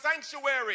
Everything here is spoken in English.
sanctuary